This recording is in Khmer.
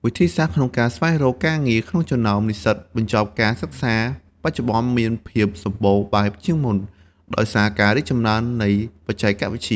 វិធីសាស្ត្រក្នុងការរស្វែងរកការងារក្នុងចំណោមនិស្សិតបញ្ចប់ការសិក្សាបច្ចុប្បន្ន មានភាពសម្បូរបែបជាងមុន ដោយសារការរីកចម្រើននៃបច្ចេកវិទ្យា។